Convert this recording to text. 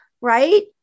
Right